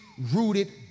rooted